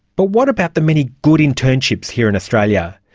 but what about the many good internships here in australia?